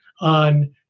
on